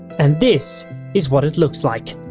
and this is what it looks like.